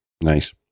Nice